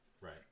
Right